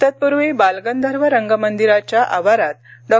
तत्पूर्वी बालगंधर्व रंगमंदिराच्या आवारात डॉ